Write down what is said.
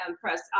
press